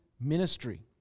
ministry